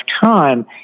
time